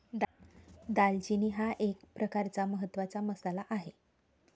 दालचिनी हा एक प्रकारचा महत्त्वाचा मसाला आहे